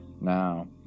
Now